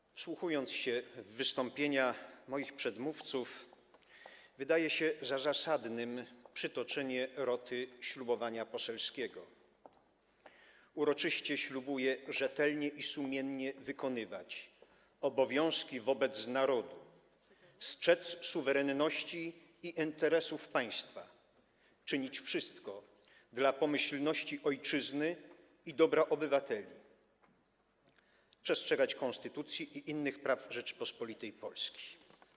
Kiedy wsłuchuję się w wystąpienia moich przedmówców, wydaje mi się zasadne przytoczenie roty ślubowania poselskiego: „Uroczyście ślubuję rzetelnie i sumiennie wykonywać obowiązki wobec Narodu, strzec suwerenności i interesów Państwa, czynić wszystko dla pomyślności Ojczyzny i dobra obywateli, przestrzegać Konstytucji i innych praw Rzeczypospolitej Polskiej”